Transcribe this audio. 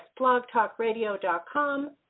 blogtalkradio.com